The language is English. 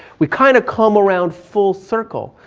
we kind of come around full circle.